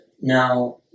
Now